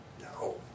No